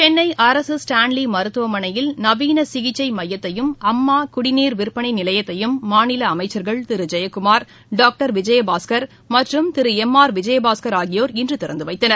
சென்னை அரசு ஸ்டான்லி மருத்துவமனையில் நவீன சிகிச்சை மையத்தையும் அம்மா குடிநீர் விற்பனை நிலையத்தையும் மாநில அமைச்சர்கள் திரு ஜெயக்குமார் டாக்டர் விஜயபாஸ்கர் மற்றும் திரு எம் ஆர் விஜயபாஸ்கர் ஆகியோர் இன்று திறந்துவைத்தனர்